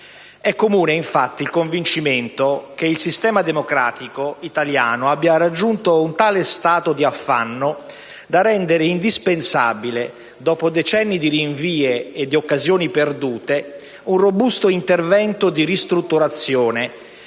È comune, infatti, il convincimento che il sistema democratico italiano abbia raggiunto un tale stato di affanno da rendere indispensabile, dopo decenni di rinvii e di occasioni perdute, un robusto intervento di ristrutturazione,